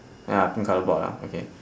ya pink colour board lah okay